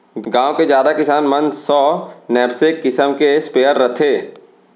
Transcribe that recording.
गॉँव के जादा किसान मन सो नैपसेक किसम के स्पेयर रथे